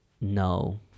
No